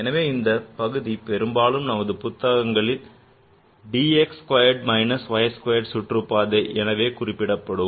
எனவே இந்தப் பகுதி பெரும்பாலும் நமது புத்தகங்களில் as d x squared minus y squared சுற்றுப்பாதை என குறிப்பிடப்படும்